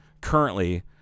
currently